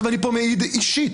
אני פה מעיד אישית.